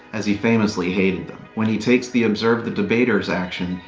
as he famously hated them. when he takes the observe the debaters action,